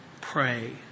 pray